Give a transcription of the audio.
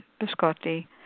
Biscotti